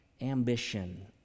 ambition